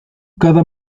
cada